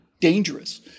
dangerous